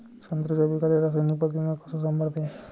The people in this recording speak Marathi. संत्र्याच्या पीकाले रासायनिक पद्धतीनं कस संभाळता येईन?